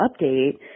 update